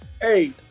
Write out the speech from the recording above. Hey